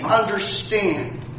understand